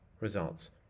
Results